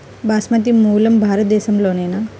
బాస్మతి మూలం భారతదేశంలోనా?